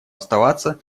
оставаться